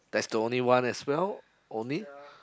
that's the only one as well only